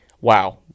wow